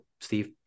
Steve